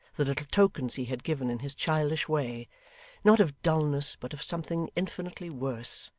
the little tokens he had given in his childish way not of dulness but of something infinitely worse,